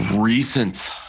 recent